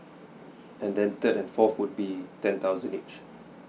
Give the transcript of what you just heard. and then third and fourth would be ten thousand each